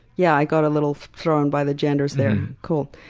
yeah i got a little thrown by the genders there. cool.